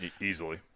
Easily